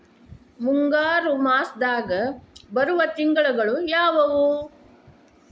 ಮುಂಗಾರು ಮಾಸದಾಗ ಬರುವ ತಿಂಗಳುಗಳ ಯಾವವು?